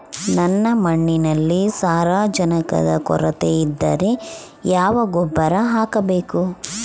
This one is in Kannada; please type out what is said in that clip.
ನನ್ನ ಮಣ್ಣಿನಲ್ಲಿ ಸಾರಜನಕದ ಕೊರತೆ ಇದ್ದರೆ ಯಾವ ಗೊಬ್ಬರ ಹಾಕಬೇಕು?